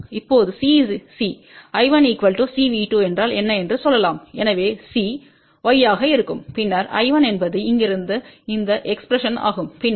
இப்போதே C I1 CV2என்றால் என்ன என்று சொல்லலாம் எனவே C Y ஆக இருக்கும் பின்னர் I1என்பது இங்கிருந்து இந்த எக்ஸ்பிரஸன்ஆகும் பின்னர் I1 CV2 DI2